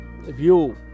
view